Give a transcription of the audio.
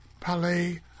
Palais